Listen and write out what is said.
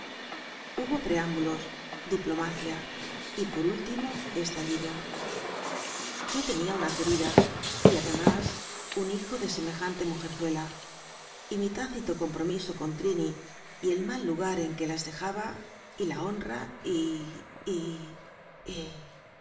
hubo preámbulos diploma cia y por último esta á llido o bazán llido yo tenía una querida y además un hijo de semejante mujerzuela y mi tácito c o m promiso con trini y el mal lugar en que las dejaba y la honra y y